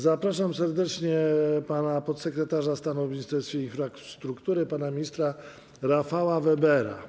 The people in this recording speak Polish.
Zapraszam serdecznie sekretarza stanu w Ministerstwie Infrastruktury pana ministra Rafała Webera.